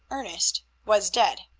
ernest, was dead.